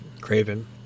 Craven